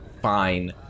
fine